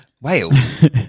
Wales